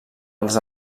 els